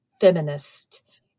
feminist